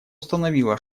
установила